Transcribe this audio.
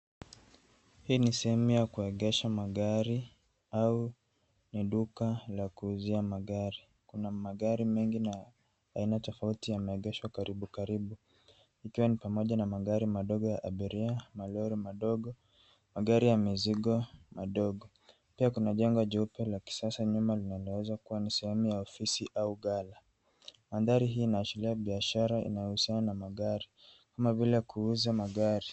Hii ni sehemu ya kuegesha magari au ni duka la kuuzia magari. Kuna magari mengi na aina tofauti yameegeshwa karibu karibu ikiwa ni pamoja na magari madogo ya abiria, malori madogo, magari ya mizigo madogo. Pia kuna jengo jeupe la kisasa nyuma linaloweza kuwa ni sehemu ya ofisi au ghala. Mandhari hii inaashiria biashara inayohusiana na magari kama vile kuuza magari.